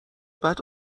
بعد